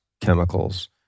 chemicals